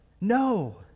No